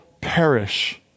perish